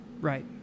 Right